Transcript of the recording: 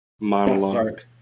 monologue